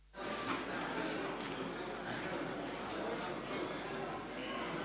Hvala vam